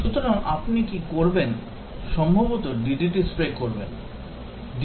সুতরাং আপনি কি করবেন সম্ভবত ডিডিটি স্প্রে করবেন